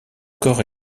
corps